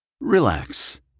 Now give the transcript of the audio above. Relax